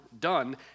done